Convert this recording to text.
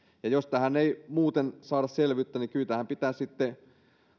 ja jos tähän ei muuten saada selvyyttä niin kyllä tähän pitää sitten